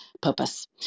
purpose